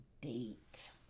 date